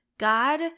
God